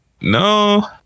no